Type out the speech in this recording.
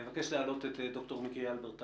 אני מבקש להעלות את ד"ר מיקי הלברטל,